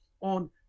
on